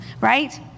right